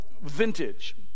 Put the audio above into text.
Vintage